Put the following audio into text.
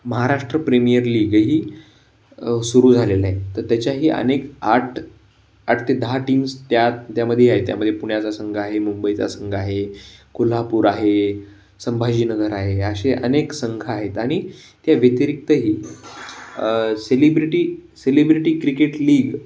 Maharashtra premier लीगही सुरू झालेलं आहे तर त्याच्याही अनेक आठ आठ ते दहा टीम्स त्या त्यामध्ये आहे त्यामध्ये पुण्याचा संघ आहे मुंबईचा संघ आहे कोल्हापूर आहे संभाजीनगर आहे असे अनेक संघ आहेत आणि त्या व्यतिरिक्तही सेलिब्रिटी सेलिब्रिटी क्रिकेट लीग